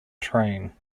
train